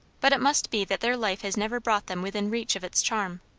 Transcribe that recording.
but it must be that their life has never brought them within reach of its charm.